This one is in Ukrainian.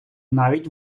навіть